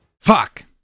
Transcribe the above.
Fuck